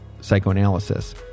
psychoanalysis